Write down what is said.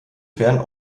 fernen